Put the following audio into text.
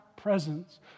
presence